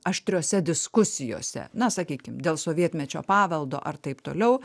aštriose diskusijose na sakykim dėl sovietmečio paveldo ar taip toliau